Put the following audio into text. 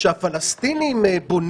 חברת הכנסת איילת שקד, בבקשה.